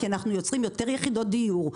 כי אנחנו יוצרים יותר יחידות דיור,